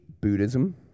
Buddhism